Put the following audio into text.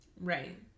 right